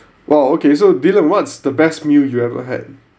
!wow! okay so dylan what's the best meal you ever had